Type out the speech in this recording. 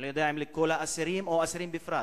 אני לא יודע אם לכל האסירים, או אסירים בפרט.